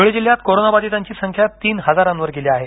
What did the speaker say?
धूळे जिल्हयात कोरोनाबाधितांची संख्या तीन हजारांवर गेली आहे